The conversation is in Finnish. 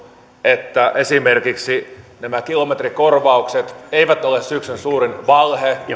että esimerkiksi nämä kilometrikorvaukset eivät ole syksyn suurin valhe